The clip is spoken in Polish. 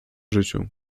życiu